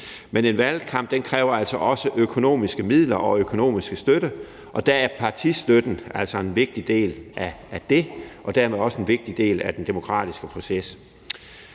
Men en valgkamp kræver også økonomiske midler og økonomisk støtte, og der er partistøtten altså en vigtig del af det og dermed også en vigtig del af den demokratiske proces.